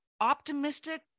optimistic